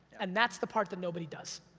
and that's the part that nobody does.